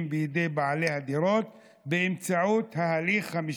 בידי בעלי הדירות באמצעות ההליך המשפטי.